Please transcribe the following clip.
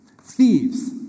Thieves